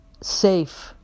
safe